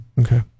Okay